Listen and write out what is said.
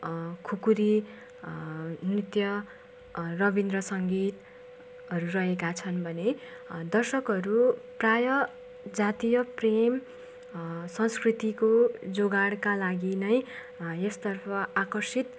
खुकुरी नृत्य रवीन्द्र सङ्गीतहरू रहेका छन् भने दर्शकहरू प्रायः जातीय प्रेम संस्कृतिको जोगाडका लागि नै यसतर्फ आकर्षित